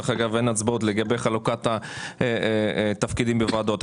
דרך אגב, אין הצבעות לגבי חלוקת התפקידים בוועדות.